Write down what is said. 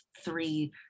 three